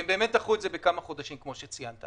והם באמת דחו את זה בכמה חודשים כפי שציינת.